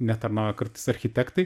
netarnauja kartais architektai